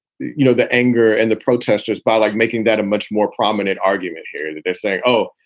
you know, the anger and the protesters by like making that a much more prominent argument here that they're saying, oh,